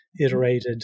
iterated